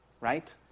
right